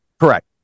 Correct